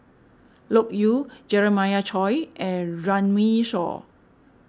Loke Yew Jeremiah Choy and Runme Shaw